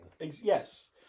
Yes